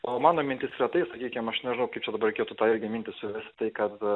o mano mintys retai sakykim aš nežinau kaip čia dabar reikėtų tą irgi mintį suvest tai kad